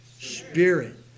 Spirit